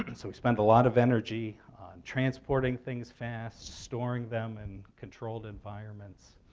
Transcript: and so we spend a lot of energy transporting things fast, storing them in controlled environments,